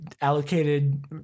allocated